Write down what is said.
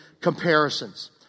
comparisons